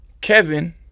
kevin